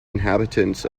inhabitants